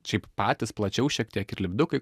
šiaip patys plačiau šiek tiek ir lipdukai